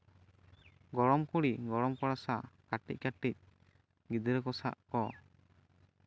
ᱜᱚᱲᱚᱢ ᱠᱩᱲᱤ ᱜᱚᱲᱚᱢ ᱠᱚᱲᱟ ᱥᱟᱶ ᱠᱟᱹᱴᱤᱡ ᱠᱟᱹᱴᱤᱡ ᱜᱤᱫᱽᱨᱟᱹ ᱠᱚ ᱥᱟᱶ ᱠᱚ